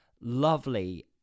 lovely